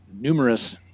numerous